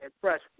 press